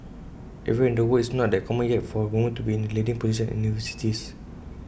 everywhere in the world IT is not that common yet for women to be in the leading positions in universities